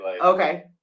Okay